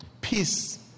peace